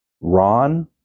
Ron